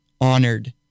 honored